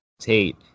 Tate